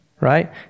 right